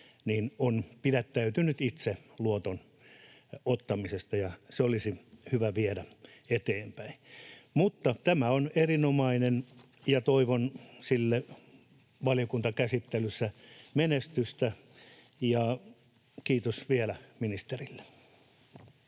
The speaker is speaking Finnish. on pidättäytynyt itse luoton ottamisesta. Se olisi hyvä viedä eteenpäin. Tämä on erinomainen esitys, ja toivon sille valiokuntakäsittelyssä menestystä. — Kiitos vielä ministerille.